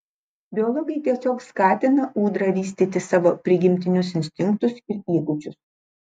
biologai tiesiog skatina ūdra vystyti savo prigimtinius instinktus ir įgūdžius